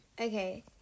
Okay